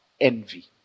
envy